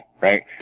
right